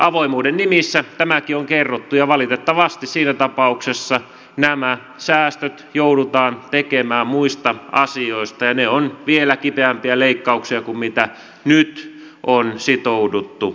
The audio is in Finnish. avoimuuden nimissä tämäkin on kerrottu ja valitettavasti siinä tapauksessa nämä säästöt joudutaan tekemään muista asioista ja ne ovat vielä kipeämpiä leikkauksia kuin mitä nyt on sitouduttu tekemään